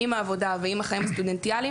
עם עבודה ועם החיים הסטודנטיאליים